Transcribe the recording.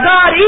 God